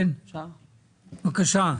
כן, בבקשה.